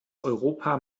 europa